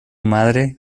madre